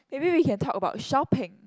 maybe we can talk about shopping